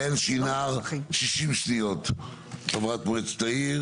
יעל שנער, 60 שניות, חברת מועצת העיר